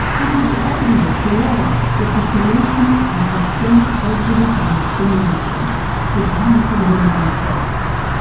it was obvious to all of us that the solutions to systemic prejudice and discrimination would come from women themselves.